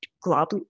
glob